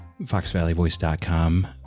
foxvalleyvoice.com